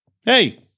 hey